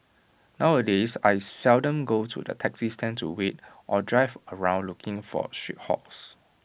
nowadays I seldom go to the taxi stand to wait or drive around looking for street hails